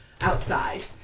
outside